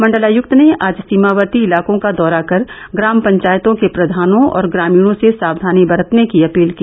मंडलायुक्त ने आज सीमावर्ती इलाकों का दौरा कर ग्राम पंचायतों के प्रधानों और ग्रामीणों से साक्षानी बरतने की अपील की